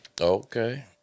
Okay